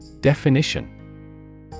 Definition